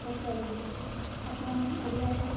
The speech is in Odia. ପଚରାଯିବ ଆପଣ ଓଡ଼ିଆରେ